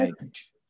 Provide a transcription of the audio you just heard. age